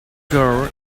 girl